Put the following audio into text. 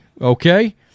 okay